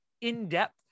in-depth